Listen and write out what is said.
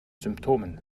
symptomen